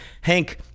Hank